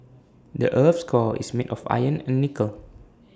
the Earth's core is made of iron and nickel